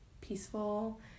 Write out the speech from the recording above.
peaceful